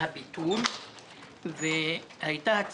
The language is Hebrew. עוד לפני שאנחנו מחליטים באיזו ועדה זה יהיה כי בינתיים זה כאן,